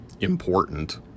important